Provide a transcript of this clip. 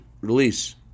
release